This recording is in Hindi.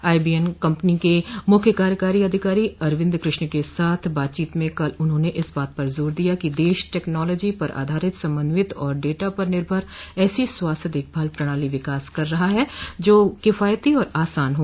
आईबीएम कंपनी के मुख्य कार्यकारी अधिकारी अरविन्द कृष्ण के साथ बातचीत में कल उन्होंने इस बात पर जोर दिया कि देश टेक्नोलॉजी पर आधारित समन्वित और डाटा पर निर्भर ऐसी स्वास्थ्य देखभाल प्रणाली का विकास कर रहा है जो किफायती और आसान हो